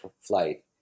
flight